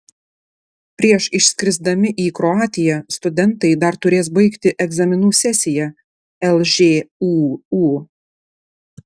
prieš išskrisdami į kroatiją studentai dar turės baigti egzaminų sesiją lžūu